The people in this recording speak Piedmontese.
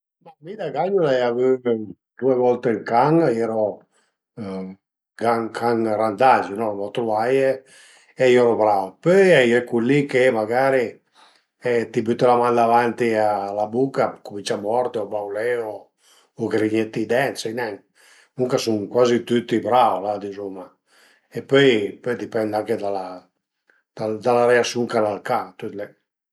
Ma mi da gagnu l'ai avü due volte ël can, a ieru dë can randagi, l'uma truvaie e a ieru brau, pöi a ie cul li che magari ti büte la man davanti a la buca e a cumincia a mordi, a baulé o grignete i dent, sai ne, comuncue a sun cuazi tüti brau la dizuma, pöi a dipend anche da la da la reasiun ch'al a ël can, tüt li